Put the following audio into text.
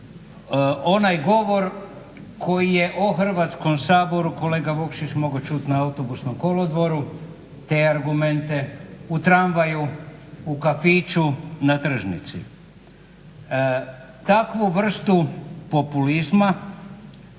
onaj govor koji je o Hrvatskom saboru kolega Vukšić mogao čuti na autobusnom kolodvoru, te argumente, u tramvaju, u kafiću, na tržnici. Takvu vrstu populizma